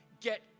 Get